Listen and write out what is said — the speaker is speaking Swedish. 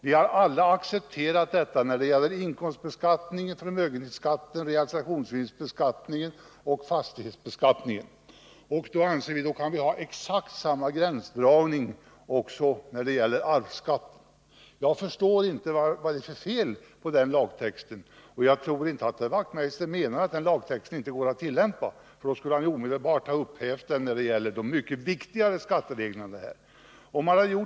Vi har alla accepterat detta när det gäller inkomstbeskattningen, förmögenhetsskatterna, realisationsvinstbeskattningen och fastighetsbeskattningen, och därför anser vi att vi kan ha exakt samma gränsdragning också när det gäller arvsskatten. Jag förstår inte vad det är för fel på den lagtexten, och jag tror inte heller att herr Wachtmeister menar att den lagtexten inte går att tillämpa — för då skulle han väl omedelbart ha begärt att den skulle ändras när det gäller skatteregler som är mycket viktigare än de här.